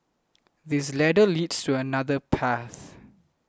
this ladder leads to another path